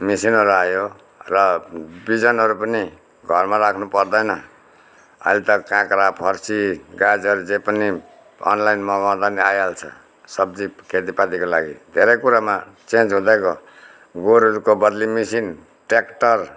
मिसिनहरू आयो र बिजनहरू पनि घरमा राख्नु पर्दैन अहिले त काँक्रा फर्सी गाजर जे पनि अनलाइन मँगाउदा नि आइहाल्छ सब्जी खेतीपातीको लागि धेरै कुरोमा चेन्ज हुँदै गयो गोरुहरूको बदली मिसिन ट्रेक्टर